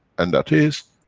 and that is,